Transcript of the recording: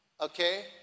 Okay